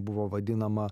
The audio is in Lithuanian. buvo vadinama